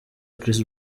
chris